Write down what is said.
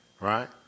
right